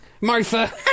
Martha